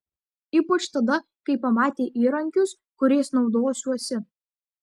ypač tada kai pamatė įrankius kuriais naudosiuosi